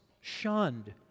shunned